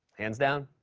hands down,